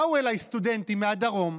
באו אליי סטודנטים מהדרום,